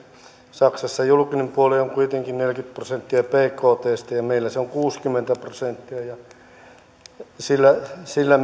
saksassa julkinen puoli on kuitenkin neljäkymmentä prosenttia bktsta ja meillä se on kuusikymmentä prosenttia ja sillä